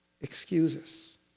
excuses